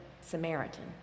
Samaritan